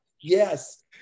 Yes